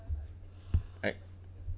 right